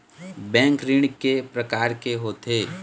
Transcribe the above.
Bank ऋण के प्रकार के होथे?